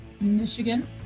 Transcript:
Michigan